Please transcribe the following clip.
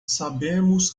sabemos